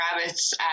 rabbit's